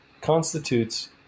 constitutes